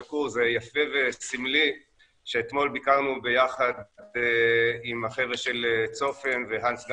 - זה יפה וסמלי שאתמול ביקרנו ביחד עם החבר'ה של צופן והנס גם